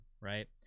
right